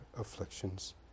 afflictions